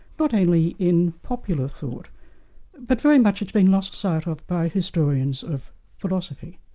but only in popular thought but very much it's been lost sight of by historians of philosophy.